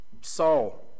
Saul